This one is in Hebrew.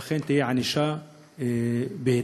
ואכן תהיה ענישה בהתאם.